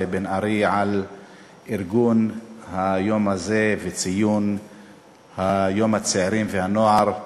בן ארי על ארגון היום הזה וציון יום הצעירים והנוער,